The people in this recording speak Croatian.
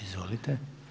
Izvolite.